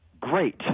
Great